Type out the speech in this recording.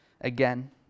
again